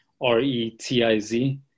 R-E-T-I-Z